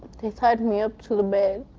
they tied me up to the bed.